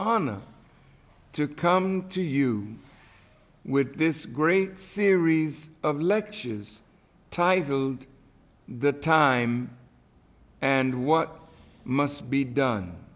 honor to come to you with this great series of lectures titled the time and what must be done